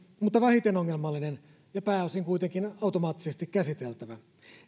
mutta vähiten ongelmallinen ja pääosin kuitenkin automaattisesti käsiteltävä